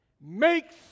makes